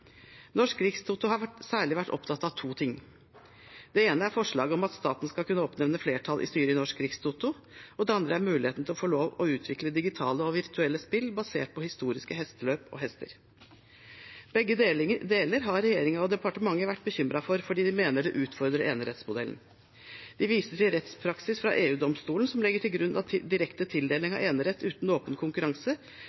Norsk Rikstoto har særlig vært opptatt av to ting. Det ene er forslaget om at staten skal kunne oppnevne flertall i styret i Norsk Rikstoto, og det andre er muligheten til å få lov til å utvikle digitale og virtuelle spill basert på historiske hesteløp og hester. Begge deler har regjeringen og departementet vært bekymret for, fordi de mener det utfordrer enerettsmodellen. De viser til rettspraksis fra EU-domstolen, som legger til grunn at direkte tildeling